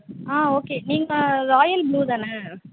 ஆ okay நீங்கள் royal blue தானே